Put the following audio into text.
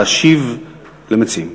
להשיב למציעים